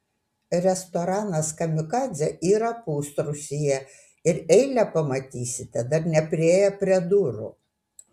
restoranas kamikadzė yra pusrūsyje ir eilę pamatysite dar nepriėję prie durų